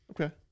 Okay